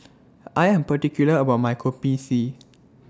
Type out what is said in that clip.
I Am particular about My Kopi C